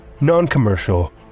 non-commercial